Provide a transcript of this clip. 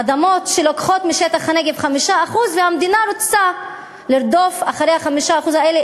אדמות שלוקחות משטח הנגב 5% והמדינה רוצה לרדוף אחרי ה-5% האלה,